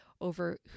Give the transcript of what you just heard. over